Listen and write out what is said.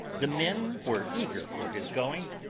the men were eager for his going,